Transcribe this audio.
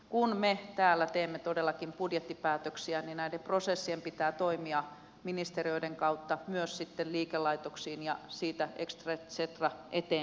kun me täällä teemme todellakin budjettipäätöksiä niin näiden prosessien pitää toimia ministeriöiden kautta myös sitten liikelaitoksiin ja siitä et cetera eteenpäin